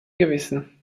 gewissen